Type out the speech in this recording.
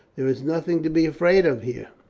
there is nothing to be afraid of here.